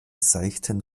seichten